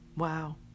Wow